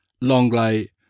Longley